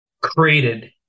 created